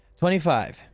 25